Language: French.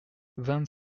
vingt